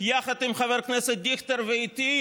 חבר הכנסת אחמד טיבי,